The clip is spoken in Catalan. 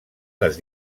les